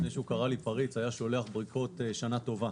לפני שהוא קרא לי פריץ היה שולח בדואר ברכות שנה טובה